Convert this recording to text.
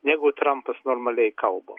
negu trampas normaliai kalba